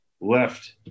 left